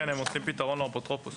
הם מוצאים פתרון לאפוטרופוס.